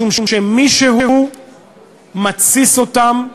משום שמישהו מתסיס אותם,